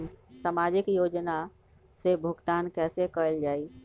सामाजिक योजना से भुगतान कैसे कयल जाई?